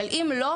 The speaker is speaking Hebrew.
אבל אם לא,